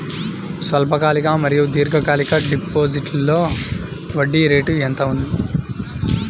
స్వల్పకాలిక మరియు దీర్ఘకాలిక డిపోజిట్స్లో వడ్డీ రేటు ఎంత?